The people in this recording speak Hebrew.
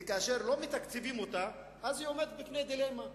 וכאשר לא מתקצבים אותה היא עומדת בפני דילמה,